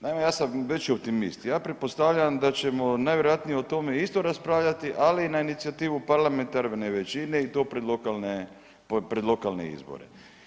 Naime, ja sam veći optimist, ja pretpostavljam da ćemo najvjerojatnije o tome isto raspravljati ali na inicijativu parlamentarne većine i to pred lokalne izbore.